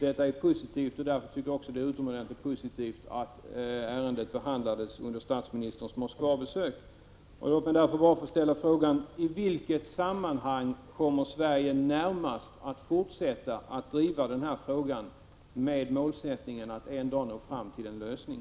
Detta är positivt, och därför tycker jag också att det är utomordentligt positivt att ärendet behandlades under statsministerns Moskvabesök. Låt mig bara få fråga: I vilket sammanhang kommer Sverige närmast att fortsätta att driva den här frågan med målsättningen att en dag nå fram till en lösning?